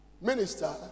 minister